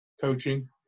coaching